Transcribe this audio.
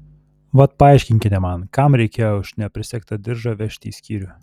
vat paaiškinkite man kam reikėjo už neprisegtą diržą vežti į skyrių